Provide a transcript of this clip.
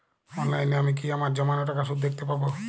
অনলাইনে আমি কি আমার জমানো টাকার সুদ দেখতে পবো?